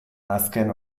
azken